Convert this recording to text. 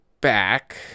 back